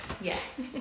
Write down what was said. Yes